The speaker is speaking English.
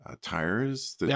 tires